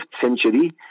century